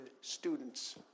students